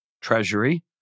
treasury